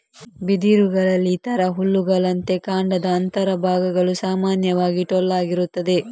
ಬಿದಿರುಗಳಲ್ಲಿ ಇತರ ಹುಲ್ಲುಗಳಂತೆ ಕಾಂಡದ ಅಂತರ ಭಾಗಗಳು ಸಾಮಾನ್ಯವಾಗಿ ಟೊಳ್ಳಾಗಿರುತ್ತದೆ